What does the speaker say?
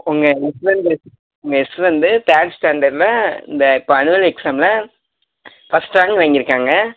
உங்கள் யஷ்வந்த்து உங்கள் யஷ்வந்த்து தேர்ட் ஸ்டாண்டர்டில் இந்த இப்போ ஆனுவல் எக்ஸாமில் ஃபஸ்ட் ரேங்க் வாங்கியிருக்காங்க